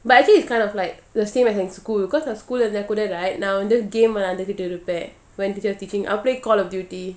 but actually it's kind of like the same as in school cause school இருந்தாகூடநன்வந்து:iruntha kooda nan vandhu game வெளையாடிகிட்டுஇருப்பேன்:velayadikitu irupen when teacher is teaching I will play call of duty